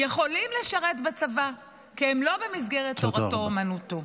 יכולים לשרת בצבא, כי הם לא במסגרת תורתו אומנותו.